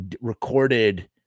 recorded